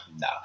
No